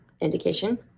indication